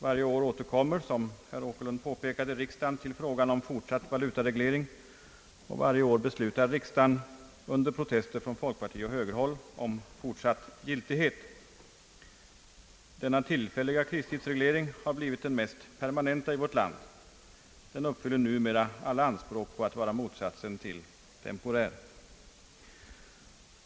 Varje år återkommer riksdagen, som herr Åkerlund påpekade, till frågan om fortsatt valutareglering, och varje år beslutar riksdagen under protester från folkpartioch högerhåll om fortsatt giltighet. Denna tillfälliga kristidsreglering har blivit den mest permanenta i vårt land. Den uppfyller numera alla anspråk på att vara motsatsen till temporär.